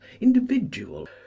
individual